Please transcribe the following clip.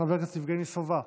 חבר הכנסת יבגני סובה,